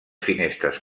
finestres